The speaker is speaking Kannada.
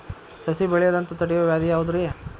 ಸಸಿ ಬೆಳೆಯದಂತ ತಡಿಯೋ ವ್ಯಾಧಿ ಯಾವುದು ರಿ?